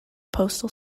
postal